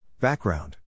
background